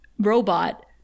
robot